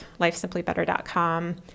LifeSimplyBetter.com